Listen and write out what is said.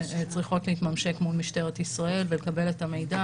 -- שצריכות להתממשק מול משטרת ישראל ולקבל את המידע.